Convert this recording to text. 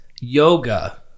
yoga